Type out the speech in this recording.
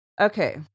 Okay